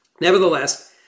Nevertheless